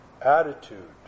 attitude